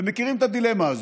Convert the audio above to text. ומכירים את הדילמה הזו,